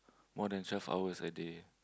more than twelve hours a day